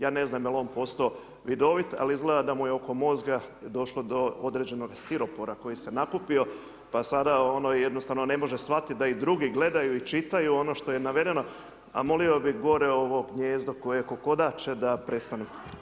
Ja ne znam jel on postao vidovit, ali izgleda da mu je oko mozga došlo do određenog stiropora koji se je nakupio, pa sada, ono jednosatno ne može shvatiti da i drugi gledaju i čitaju ono što je navedeno, a molio bi ovo gnijezdo koje kokodače da prestanu.